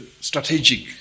strategic